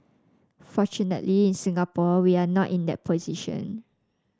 fortunately in Singapore we are not in that position